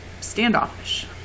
standoffish